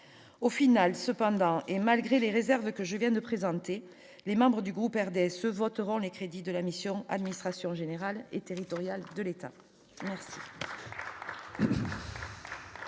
au final, cependant, et malgré les réserves que je viens de présenter les membres du groupe RDSE voteront les crédits de la mission, administration générale et territoriale de l'État. La